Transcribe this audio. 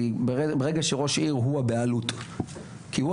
כי ברגע שראש עיר הוא